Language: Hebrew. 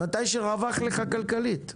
מתי שרווח לך כלכלית.